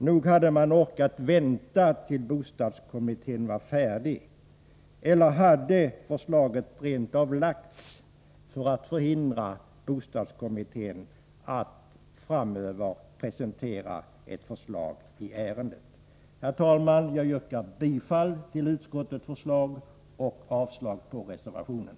Nog hade man väl kunnat orka vänta tills bostadskommittén var färdig. Eller har förslaget rent av lagts fram för att förhindra bostadskommittén att framöver presentera ett förslag i ärendet? Herr talman! Jag yrkar bifall till utskottets hemställan och avslag på reservationerna.